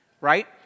Right